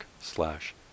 slash